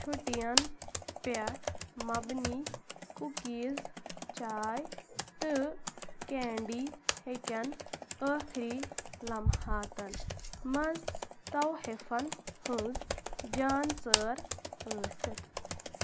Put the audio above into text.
چھُٹہِ یَن پٮ۪ٹھ مَبنی کُکیٖز چاے تہٕ کینڈی ہیٚکٮ۪ن ٲخری لمحاتَن منٛز طَوہیفَن ہٕنٛز جان ژٲر ٲسِتھ